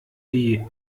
die